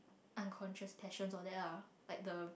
unconscious passions all that lah like the